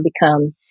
become